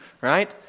right